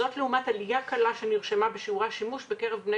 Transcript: זאת לעומת עליה קלה שנרשמה בשיעורי השימוש בקרב בני